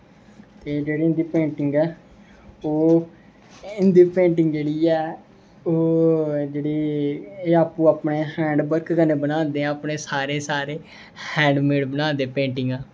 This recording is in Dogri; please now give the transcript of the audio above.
ओह् इं'दी पेंटिंग जेह्ड़ी ऐ ओह् जेह्ड़ी एह् आपूं आपें हैंड वर्क कन्नै बनांदे ऐं अपने सारे सारे हैंड मेड बनांदे पेंटिंग